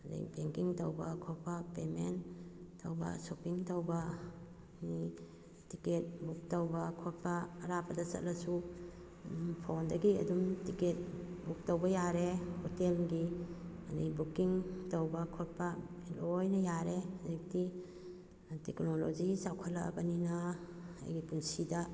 ꯑꯗꯨꯗꯩ ꯕꯦꯡꯀꯤꯡ ꯇꯧꯕ ꯈꯣꯠꯄ ꯄꯦꯃꯦꯟ ꯇꯧꯕ ꯁꯣꯄꯤꯡ ꯇꯧꯕ ꯇꯤꯀꯦꯠ ꯕꯨꯛ ꯇꯧꯕ ꯈꯣꯠꯄ ꯑꯔꯥꯞꯄꯗ ꯆꯠꯂꯁꯨ ꯐꯣꯟꯗꯒꯤ ꯑꯗꯨꯝ ꯇꯤꯀꯦꯠ ꯕꯨꯛ ꯇꯧꯕ ꯌꯥꯔꯦ ꯍꯣꯇꯦꯜꯒꯤ ꯑꯗꯨꯗꯩ ꯕꯨꯀꯤꯡ ꯇꯧꯕ ꯈꯣꯠꯄ ꯂꯣꯏꯅ ꯌꯥꯔꯦ ꯍꯧꯖꯤꯛꯇꯤ ꯇꯦꯛꯅꯣꯂꯣꯖꯤ ꯆꯥꯎꯈꯠꯂꯛꯑꯕꯅꯤꯅ ꯑꯩꯒꯤ ꯄꯨꯟꯁꯤꯗ